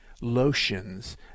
Lotions